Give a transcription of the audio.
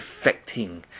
affecting